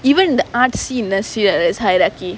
even the art scene see uh there is hierarchy